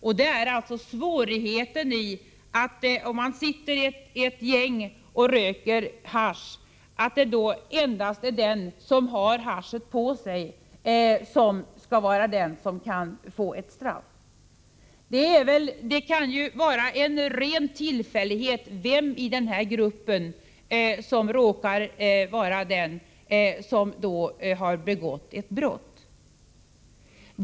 Om ett gäng sitter och röker hasch och endast den som har haschet på sig kan få ett straff, kan det ju vara en ren tillfällighet vem i den här gruppen som har begått ett brott.